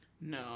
No